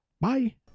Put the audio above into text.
Bye